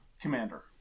Commander